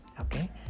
okay